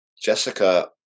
Jessica